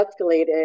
escalated